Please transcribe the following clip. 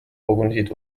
kogunesid